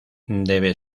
debe